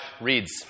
reads